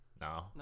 No